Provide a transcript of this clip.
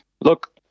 Look